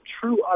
true